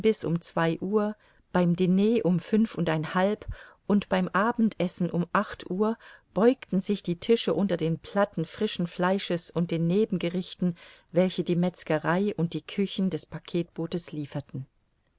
um zwei uhr beim diner um fünf und ein halb und beim abendessen um acht uhr beugten sich die tische unter den platten frischen fleisches und den nebengerichten welche die metzgerei und die küchen des packetbootes lieferten